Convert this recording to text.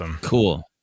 cool